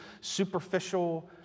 superficial